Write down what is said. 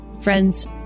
Friends